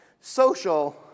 social